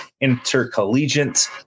intercollegiate